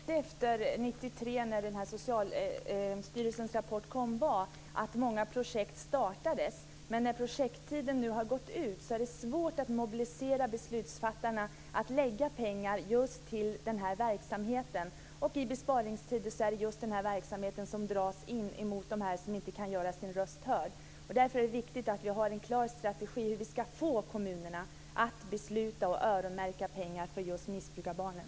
Fru talman! Det som skedde efter att Socialstyrelsens rapport kom 1993 var att många projekt startades, men när projekttiden nu har gått ut är det svårt att mobilisera beslutsfattarna att satsa pengar på just denna verksamhet. I besparingstider är det just den verksamhet som är riktad mot dem som inte kan göra sin röst hörd som dras in. Därför är det viktigt att vi har en klar strategi för hur vi skall få kommunerna att besluta om att öronmärka pengar till just missbrukarbarnen.